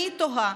אני תוהה